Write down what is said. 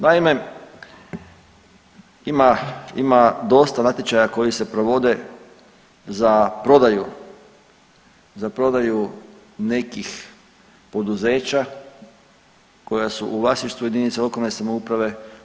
Naime, ima, ima dosta natječaja koji se provode za prodaju, za prodaju nekih poduzeća koja su u vlasništvu jedinica lokalne samouprave.